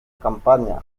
campaña